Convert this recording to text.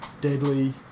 Deadly